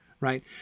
right